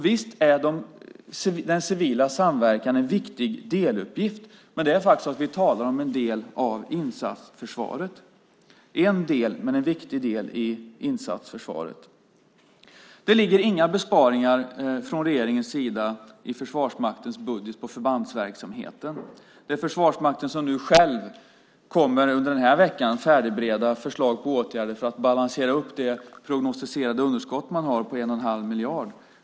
Visst är den civila samverkan en viktig deluppgift, men vi talar faktiskt om en del av insatsförsvaret - en del, men en viktig del, av insatsförsvaret. Det ligger inga besparingar från regeringens sida i Försvarsmaktens budget på förbandsverksamheten. Det är Försvarsmakten själv som under den här veckan kommer att färdigbereda förslag på åtgärder för att balansera det prognostiserade underskott man har på 1 1⁄2 miljard.